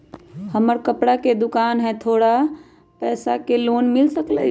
हमर कपड़ा के दुकान है हमरा थोड़ा पैसा के लोन मिल सकलई ह?